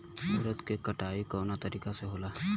उरद के कटाई कवना तरीका से होला?